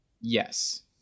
yes